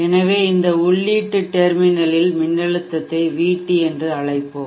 எனவே இந்த உள்ளீட்டு டெர்மினல் இல் மின்னழுத்தத்தை VT என்று அழைப்போம்